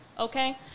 okay